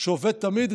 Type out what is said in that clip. שעובד תמיד,